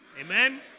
Amen